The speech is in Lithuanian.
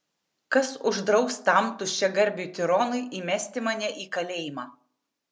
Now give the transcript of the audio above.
kas uždraus tam tuščiagarbiui tironui įmesti mane į kalėjimą